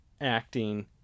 acting